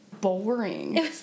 boring